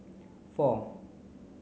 four